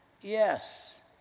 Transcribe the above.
Yes